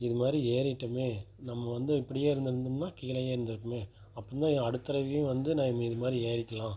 இது மாதிரி ஏறிவிட்டமே நம்ம வந்து இப்படியே இருந்திருந்தோம்னா கீழேயே இருந்திருப்பமே அப்பிடின் தான் ஏ அடுத்த தடவையும் வந்து நான் இது மாதிரி ஏறிக்கலாம்